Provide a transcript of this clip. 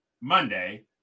Monday